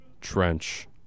Trench